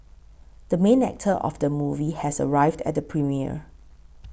the main actor of the movie has arrived at the premiere